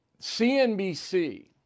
CNBC